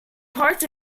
parts